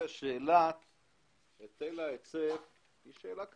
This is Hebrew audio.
השאלה של היטל ההיצף היא שאלה כלכלית,